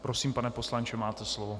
Prosím, pane poslanče, máte slovo.